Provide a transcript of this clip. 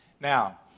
Now